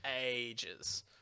ages